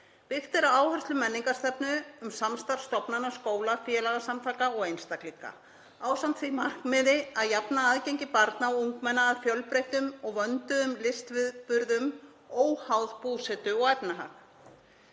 Byggt er á áherslum menningarstefnu um samstarf stofnana, skóla, félagasamtaka og einstaklinga ásamt því markmiði að jafna aðgengi barna og ungmenna að fjölbreyttum og vönduðum listviðburðum óháð búsetu og efnahag.